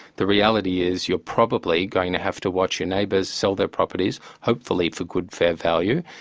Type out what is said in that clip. the reality is you're probably going to have to watch your neighbours sell their properties, hopefully for good, fair value,